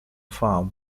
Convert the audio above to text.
farm